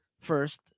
First